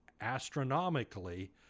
astronomically